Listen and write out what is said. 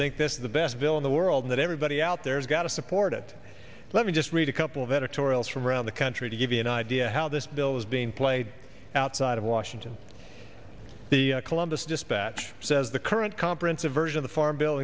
think this is the best bill in the world that everybody out there has got to support it let me just read a couple of editorials from around the country to give you an idea how this bill is being played outside of washington the columbus dispatch says the current comprehensive version of the farm b